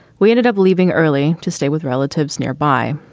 we ended up leaving early to stay with relatives nearby.